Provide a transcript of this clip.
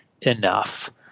enough